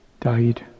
died